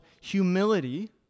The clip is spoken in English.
humility